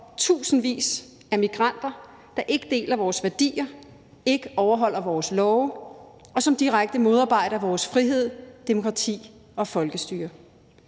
tusindvis af migranter, der ikke deler vores værdier, ikke overholder vores love, og som direkte modarbejder vores frihed, demokrati og folkestyre.